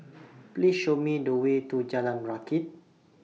Please Show Me The Way to Jalan Rakit